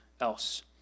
else